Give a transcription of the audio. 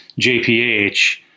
JPH